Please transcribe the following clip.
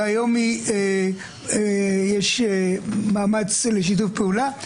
והיום יש מאמץ לשיתוף פעולה,